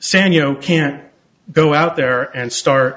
sand you know can't go out there and start